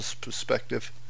perspective